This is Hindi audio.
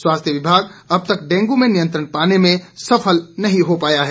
स्वास्थ्य विभाग अब तक डेंगू में नियंत्रण पाने में सफल नहीं हो पाया है